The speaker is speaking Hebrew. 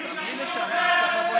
הודעה שהם מתביישים בך.